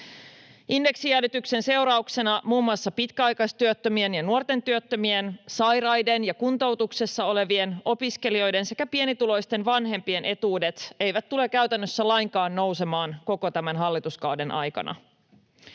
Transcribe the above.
Indeksijäädytyksen seurauksena muun muassa pitkäaikaistyöttömien ja nuorten työttömien, sairaiden ja kuntoutuksessa olevien, opiskelijoiden sekä pienituloisten vanhempien etuudet eivät tule käytännössä lainkaan nousemaan koko tämän hallituskauden aikana.